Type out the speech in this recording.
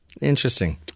Interesting